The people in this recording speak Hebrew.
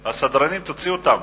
הסדרנים, תוציאו אותם.